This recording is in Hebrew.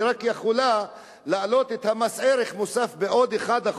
היא רק יכולה להעלות את מס ערך מוסף בעוד 1%,